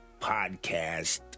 podcast